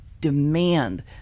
demand